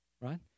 right